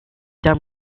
done